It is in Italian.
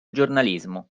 giornalismo